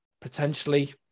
potentially